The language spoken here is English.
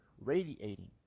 radiating